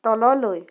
তললৈ